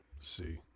see